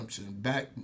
back